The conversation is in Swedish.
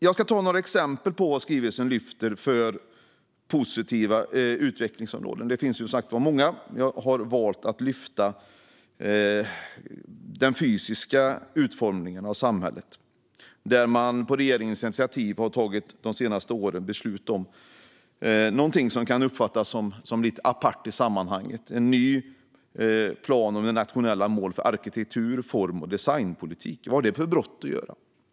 Låt mig ta något exempel på positiva utvecklingsområden som skrivelsen lyfter fram. Det finns många, men jag väljer att ta upp den fysiska utformningen av samhället. På regeringens initiativ har det tagits beslut om något som kan uppfattas som lite apart i sammanhanget, nämligen en ny plan med nationella mål för arkitektur, form och designpolitik. Vad har detta med brott att göra?